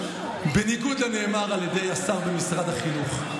בניגוד לנאמר על ידי השר במשרד החינוך,